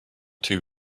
two